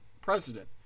president